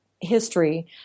history